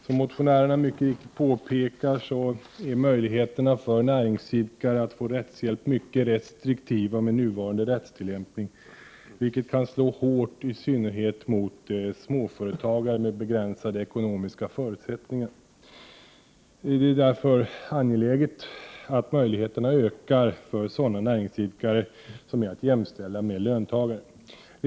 Som motionärerna mycket riktigt påpekar är man när det gäller näringsidkares möjligheter att få rättshjälp mycket restriktiv med nuvarande rättstillämpning, något som kan slå hårt i synnerhet mot småföretagare med begränsade ekonomiska förutsättningar. Det är därför angeläget att sådana näringsidkare som är att jämställa med löntagare får bättre möjligheter i detta sammanhang.